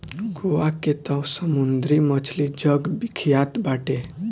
गोवा के तअ समुंदरी मछली जग विख्यात बाटे